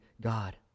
God